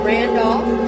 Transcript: Randolph